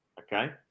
Okay